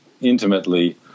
intimately